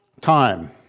Time